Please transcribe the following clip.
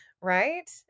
Right